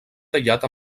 tallat